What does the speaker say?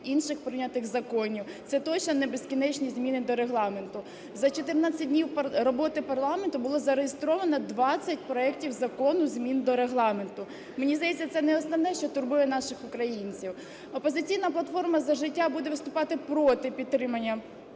інших прийнятих законів. Це точно не безкінечні зміни до Регламенту. За 14 днів роботи парламенту було зареєстровано 20 проектів закону змін до Регламенту. Мені здається, це не основне, що турбує наших українців. "Опозиційна платформа – За життя" буде виступати проти підтримання